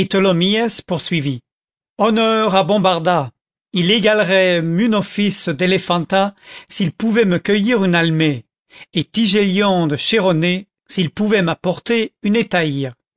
poursuivit honneur à bombarda il égalerait munophis d'elephanta s'il pouvait me cueillir une almée et thygélion de chéronée s'il pouvait m'apporter une